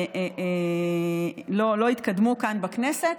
לא התקדמו כאן בכנסת,